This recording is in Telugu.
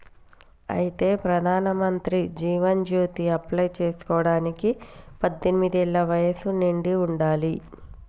అయితే ప్రధానమంత్రి జీవన్ జ్యోతి అప్లై చేసుకోవడానికి పద్దెనిమిది ఏళ్ల వయసు నిండి ఉండాలి